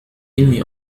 إني